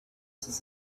does